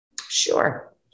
Sure